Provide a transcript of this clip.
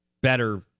better